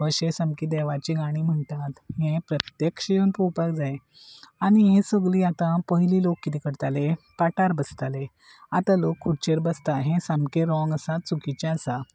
अशे सामके देवाची गाणी म्हणटात हे प्रत्यक्ष येवन पळोवपाक जाय आनी हे सगली आतां पयली लोक किदें करताले पाठार बसताले आतां लोक खुरचेर बसता हे सामकें रॉंग आसा चुकीचें आसा